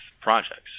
projects